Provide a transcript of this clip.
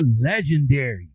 legendary